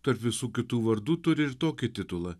tarp visų kitų vardų turi ir tokį titulą